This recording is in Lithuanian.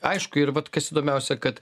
aišku ir vat kas įdomiausia kad